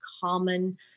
common